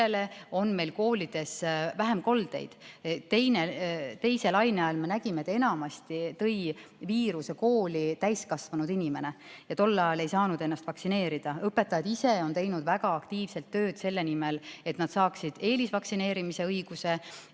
on meil koolides vähem koldeid. Teise laine ajal me nägime, et enamasti tõi viiruse kooli täiskasvanud inimene. Tol ajal ei saanud ennast vaktsineerida. Õpetajad ise on teinud väga aktiivselt tööd selle nimel, et nad saaksid eelisvaktsineerimise õiguse.